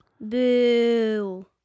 Boo